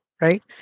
right